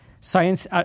science